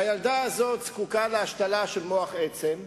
הילדה הזאת זקוקה להשתלה של מוח עצם.